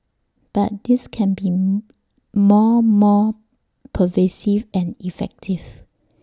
but this can be more more pervasive and effective